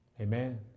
Amen